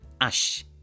ash